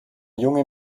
junge